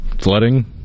flooding